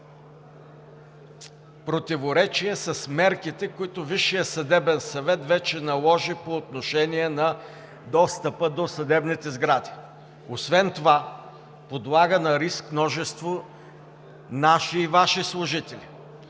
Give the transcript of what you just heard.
противоречие с мерките, които Висшият съдебен съвет ще наложи по отношение на достъпа до съдебните сгради. Освен това подлага на риск множество наши и Ваши служители.“